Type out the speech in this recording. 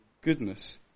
goodness